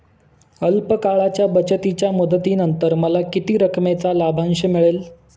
अल्प काळाच्या बचतीच्या मुदतीनंतर मला किती रकमेचा लाभांश मिळेल?